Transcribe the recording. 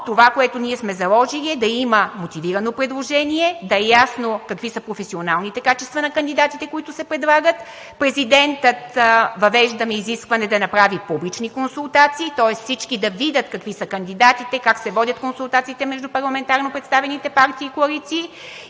това, което ние сме заложили, е да има мотивирано предложение, да е ясно какви са професионалните качества на кандидатите, които се предлагат. Въвеждаме изискване президентът да направи публични консултации, тоест всички да видят какви са кандидатите, как се водят консултациите между парламентарно представените партии и коалиции